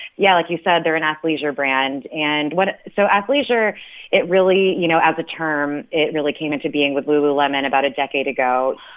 yeah, like you said, they're an athleisure brand. and what so athleisure it really, you know as a term, it really came into being with lululemon about a decade ago.